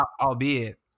albeit